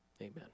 Amen